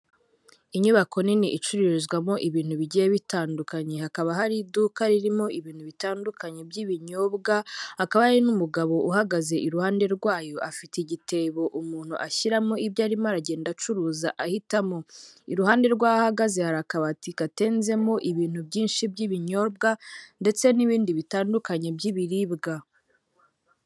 Inyubako nini icururizwamo ibintu bigiye bitandukanye hakaba hari iduka ririmo ibintu bitandukanye by'ibinyobwa, akaba ari n'umugabo uhagaze iruhande rwayo, afite igitebo umuntu ashyiramo ibyo arimo aragenda acuruza ahitamo; iruhande rw'aho agaze hari akabati katenzemo ibintu byinshi by'ibinyobwa ndetse n'ibindi bitandukanye by'ibiribwa.